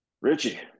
Richie